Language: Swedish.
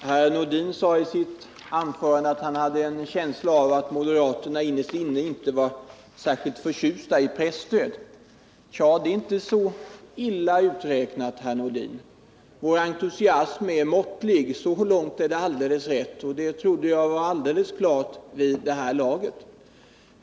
Herr talman! Herr Nordin sade i sitt anförande att han hade en känsla av att moderaterna innerst inne inte var särskilt förtjusta i presstöd. Ja, det är inte så illa uträknat, herr Nordin. Vår entusiasm är måttlig — så långt är det alldeles rätt. Det trodde jag var alldeles klart vid det här laget.